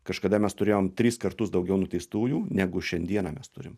kažkada mes turėjom tris kartus daugiau nuteistųjų negu šiandieną mes turim